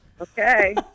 okay